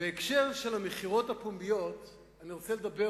בהקשר של המכירות הפומביות אני רוצה לדבר